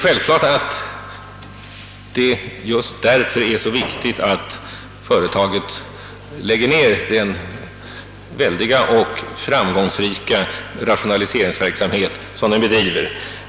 Självfallet är det just därför så viktigt att företaget bedriver den väldiga och framgångsrika rationaliseringsverksamhet som sker.